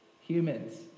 humans